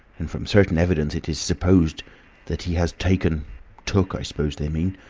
and from certain evidence it is supposed that he has taken took, i suppose they mean